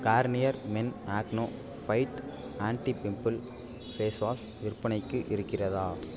Garnier men acno fight anti pimple face wash விற்பனைக்கு இருக்கிறதா